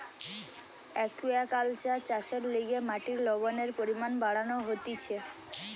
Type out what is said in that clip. aquaculture চাষের লিগে মাটির লবণের পরিমান বাড়ানো হতিছে